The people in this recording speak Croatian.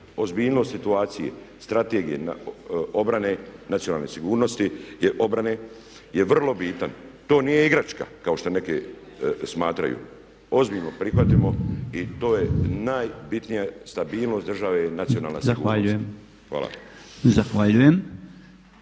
Ozbiljnost situacije, strategije obrane nacionalne sigurnosti, je vrlo bitna. To nije igračka kao što neki smatraju. Ozbiljno prihvatimo i to je najbitnije stabilnost države i nacionalna sigurnost. Hvala.